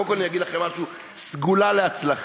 קודם כול, אני אגיד לכם משהו: סגולה להצלחה.